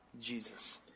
Jesus